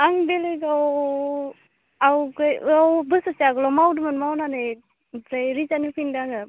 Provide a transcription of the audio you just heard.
आं बेलेगाव आवगायाव बोसोरसे आगोलाव मावदोंमोन मावनानै ओमफ्राय रिजाइन होफिन्दों आङो